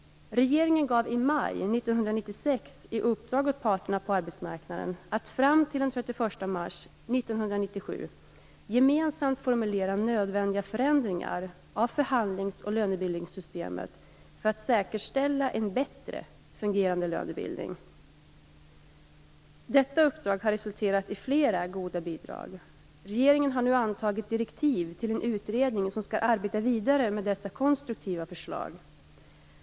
Regeringen gav i maj 1996 i uppdrag åt parterna på arbetsmarknaden att fram till den 31 mars 1997 gemensamt formulera nödvändiga förändringar av förhandlings och lönebildningssystemet för att säkerställa en bättre fungerande lönebildning. Detta uppdrag har resulterat i flera goda bidrag. Regeringen har nu antagit direktiv till en utredning som skall arbeta vidare med dessa konstruktiva förslag.